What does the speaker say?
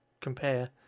compare